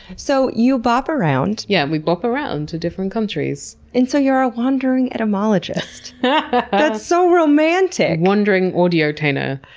so you bop around. yeah, we bop around to different countries. and, so you're a wandering etymologist. that's so romantic! wandering audio-tainer.